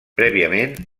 prèviament